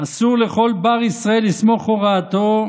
אסור לכל בר ישראל לסמוך הוראתו,